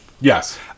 Yes